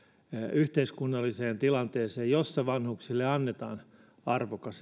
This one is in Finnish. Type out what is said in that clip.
yhteiskunnalliseen tilanteeseen jossa vanhuksille annetaan arvokas